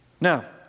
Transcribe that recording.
Now